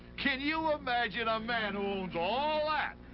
can you imagine a man who owns all that.